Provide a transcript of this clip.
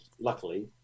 luckily